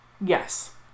Yes